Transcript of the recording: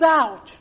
out